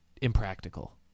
impractical